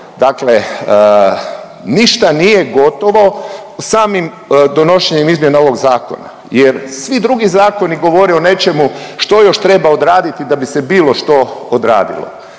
Dakle, ništa nije gotovo samim donošenjem izmjena ovog zakona jer svi drugi zakoni govore o nečemu što još treba odraditi da bi se bilo što odradilo.